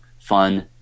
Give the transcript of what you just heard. fun